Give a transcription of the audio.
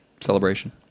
Celebration